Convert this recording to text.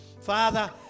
Father